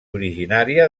originària